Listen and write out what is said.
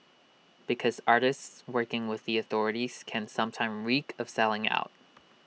because artists working with the authorities can sometimes reek of selling out